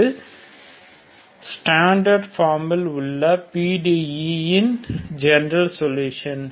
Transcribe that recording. இது ஸ்டாண்டர்ட் பார்மில் உள்ள PDE ன் ஜெனரல் சொல்யூஷன்